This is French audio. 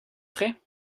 frais